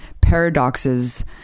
paradoxes